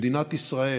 שבמדינת ישראל